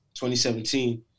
2017